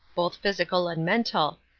both physical and nlental,